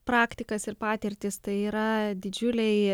praktikas ir patirtis tai yra didžiuliai